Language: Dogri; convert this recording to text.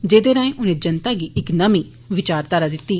जेह्दे राए उनें जनता गी इक नमीं विचारघारा दित्ती